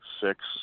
six